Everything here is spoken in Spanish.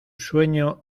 sueño